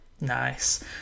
Nice